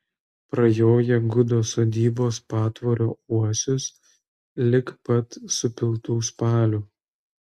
prajoja gudo sodybos patvorio uosius lig pat supiltų spalių